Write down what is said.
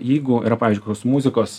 jeigu yra pavyzdžiui kos muzikos